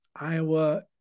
Iowa